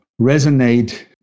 resonate